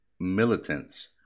militants